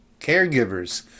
caregivers